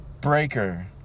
Breaker